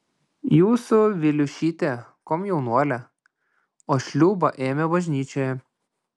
jūsų viliušytė komjaunuolė o šliūbą ėmė bažnyčioje